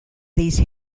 these